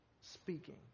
speaking